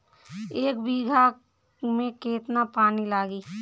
एक बिगहा में केतना पानी लागी?